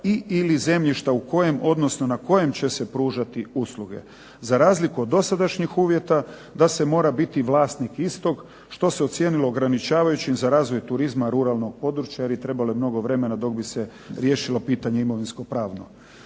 i/ili zemljišta u kojem odnosno na kojem će se pružati usluge, za razliku od dosadašnjih uvjeta da se mora biti vlasnik istog što se ocijenilo ograničavajućim za razvoj turizma ruralnog područja jer je trebalo mnogo vremena dok bi se riješilo pitanje imovinsko-pravno.